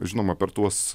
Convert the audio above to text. žinoma per tuos